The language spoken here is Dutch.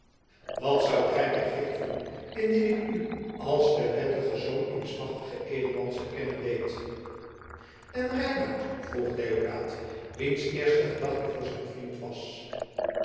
wat zoudt gij mij geven indien ik u als den wettigen zoon eens machtigen edelmans erkennen deed en reinout vroeg deodaat wiens eerste gedachte voor zijn vriend was